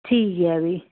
ठीक ऐ भी